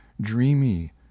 dreamy